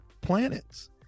planets